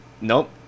Nope